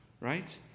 right